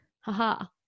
ha-ha